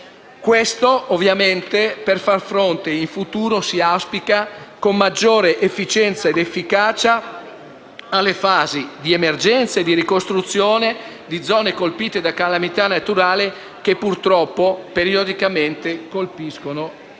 Questo ovviamente per far fronte in futuro - si auspica - con maggiore efficienza ed efficacia alle fasi di emergenza e di ricostruzione di zone colpite da calamità naturali che, purtroppo, periodicamente colpiscono - e,